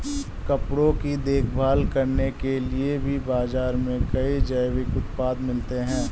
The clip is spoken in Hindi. कपड़ों की देखभाल करने के लिए भी बाज़ार में कई जैविक उत्पाद मिलते हैं